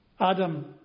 Adam